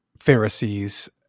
Pharisees